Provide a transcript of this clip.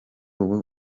ubu